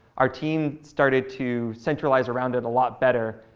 our team started to centralize around it a lot better,